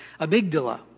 amygdala